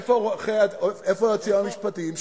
איפה היועצים המשפטיים?